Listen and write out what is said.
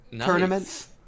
tournaments